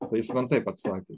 o jis man taip atsakė